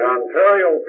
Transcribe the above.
Ontario